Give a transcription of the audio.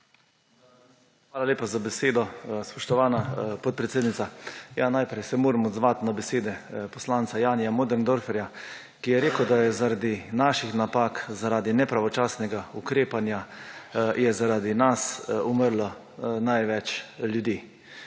Hvala lepa za besedo, spoštovana podpredsednica. Najprej se moram odzvati na besede poslanca Janija Möderndorferja, ki je rekel, da zaradi naših napak, zaradi nepravočasnega ukrepanja je zaradi nas umrlo največ ljudi.